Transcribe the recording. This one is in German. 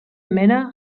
männer